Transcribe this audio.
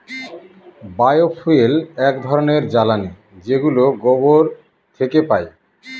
বায় fuel এক ধরনের জ্বালানী যেগুলো গোবর থেকে পাই